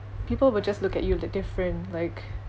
people will just look at you di~ different like